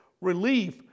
relief